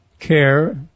care